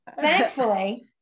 Thankfully